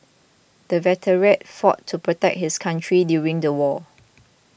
the veteran fought to protect his country during the war